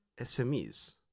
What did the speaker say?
SMEs